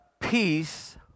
peace